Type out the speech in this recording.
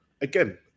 Again